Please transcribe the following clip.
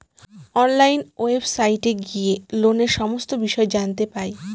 online ওয়েবসাইটে গিয়ে লোনের সমস্ত বিষয় জানতে পাই